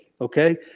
okay